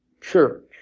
church